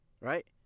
right